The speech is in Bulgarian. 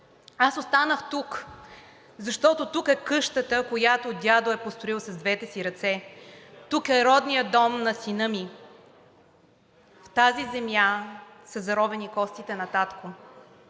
Аз останах тук, защото тук е къщата, която дядо е построил с двете си ръце; тук е родният дом на сина ми; в тази земя са заровени костите на татко;